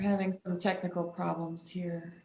having technical problems here